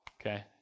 okay